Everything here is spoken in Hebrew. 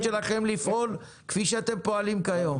שלכם לפעול כפי שאתם פועלים כיום.